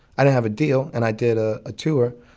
i didn't have a deal. and i did ah a tour